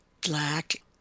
black